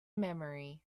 memory